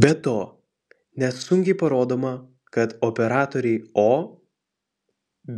be to nesunkiai parodoma kad operatoriai o